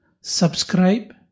Subscribe